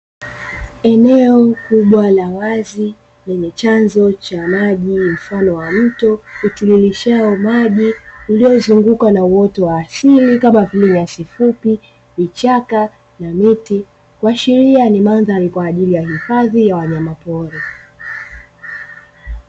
Eneo kubwa la wazi lenye chanzo cha maji, mfano wa mto utiririshao maji, uliozungukwa na uwoto wa asili kama vile nyasi fupi, vichaka na miti ikiashiria ni mandhari kwa ajili uhifadhi wa wanyama pori.